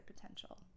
potential